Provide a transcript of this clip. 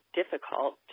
difficult